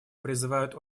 призывают